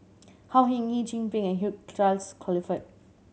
Au Hing Yee Chin Peng and Hugh Charles Clifford